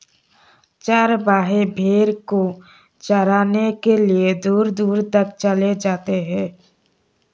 चरवाहे भेड़ को चराने के लिए दूर दूर तक चले जाते हैं